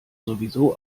sowieso